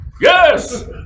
Yes